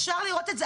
אפשר לראות את זה,